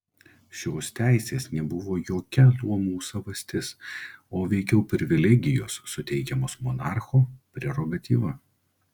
šios teisės nebuvo jokia luomų savastis o veikiau privilegijos suteikiamos monarcho prerogatyva